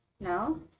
no